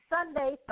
Sunday